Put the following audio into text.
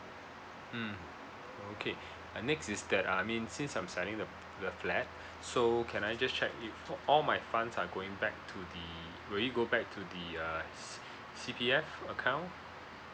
mm okay uh next is that uh I mean since I'm selling the the flat so can I just check if all my funds are going back to the will it go back to the uh C C_P_F account